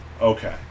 Okay